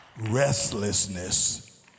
restlessness